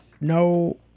No